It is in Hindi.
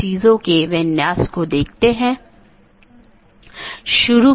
संदेश भेजे जाने के बाद BGP ट्रांसपोर्ट कनेक्शन बंद हो जाता है